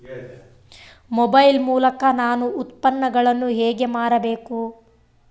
Mobile ಮೂಲಕ ನಾನು ಉತ್ಪನ್ನಗಳನ್ನು ಹೇಗೆ ಮಾರಬೇಕು?